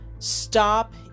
stop